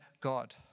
God